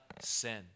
sin